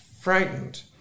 frightened